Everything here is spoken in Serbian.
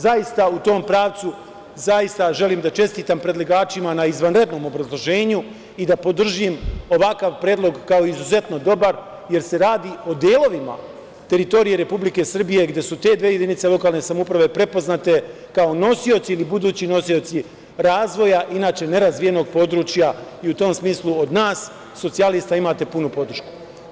Zaista u tom pravcu zaista želim da čestitam predlagačima na izvanrednom obrazloženju i da podržim ovakav predlog kao izuzetno dobar, jer se radi o delovima teritorije Republike Srbije gde su te dve jedinice lokalne samouprave prepoznate kao nosioci ili budući nosioci razvoja, inače nerazvijenog područja i u tom smislu od nas socijalista imate punu podršku.